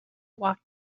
walk